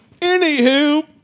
Anywho